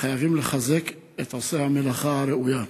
וחייבים לחזק את עושי המלאכה הראויה.